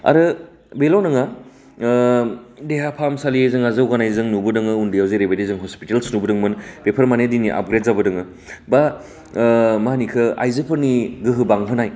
आरो बेल' नङा ओ देहा फाहायसालि जोंहा जौगानाय जों नुबोदोङो उन्दैआव जेरैबायदि जोङो हस्पिटाल्स नुबोदोंमोन बेफोर माने दिनै आपग्रेड जाबोदोङो बा ओ मा होनो इखो आइजोफोरनि गोहो बांहोनाय